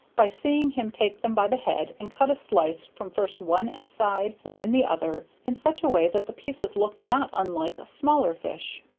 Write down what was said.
by seeing him take them by the head and cut a slice from first one side and then the other in such a way that the pieces looked not unlike smaller fish.